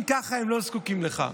אם כך, הם לא זקוקים לך.